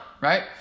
Right